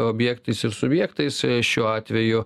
objektais ir subjektais šiuo atveju